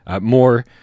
More